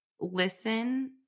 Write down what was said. listen